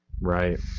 right